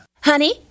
Honey